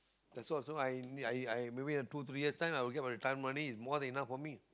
that's why so I I may I I maybe in two three years time I will get my retirement money it's more than enough for me